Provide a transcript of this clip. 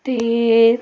ਅਤੇ